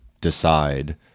decide